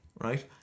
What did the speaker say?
right